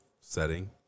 setting